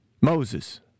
Moses